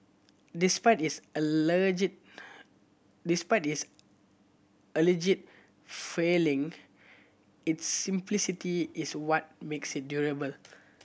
despite its despite its alleged failing its simplicity is what makes it durable